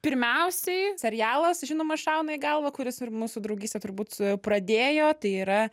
pirmiausiai serialas žinoma šauna į galvą kuris ir mūsų draugystę turbūt pradėjo tai yra